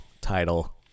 title